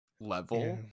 level